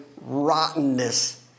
rottenness